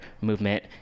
movement